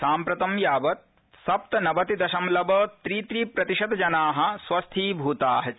साम्प्रतं यावत् सप्तनवति दशमलव त्रि त्रि प्रतिशत जना स्वस्थीभूता च